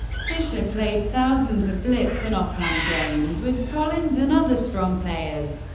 fischer played thousands of blitz and offhand games with collins and other strong players,